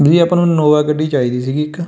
ਵੀਰੇ ਆਪਾਂ ਨੂੰ ਇਨੋਵਾ ਗੱਡੀ ਚਾਹੀਦੀ ਸੀਗੀ ਇੱਕ